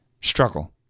struggle